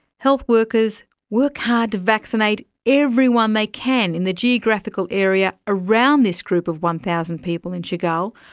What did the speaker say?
health workers work hard to vaccinate everyone they can in the geographical area around this group of one thousand people in shigal,